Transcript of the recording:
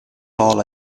all